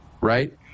right